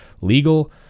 legal